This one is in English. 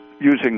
using